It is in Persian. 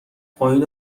پایین